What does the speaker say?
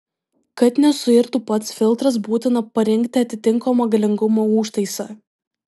kad nesuirtų pats filtras būtina parinkti atitinkamo galingumo užtaisą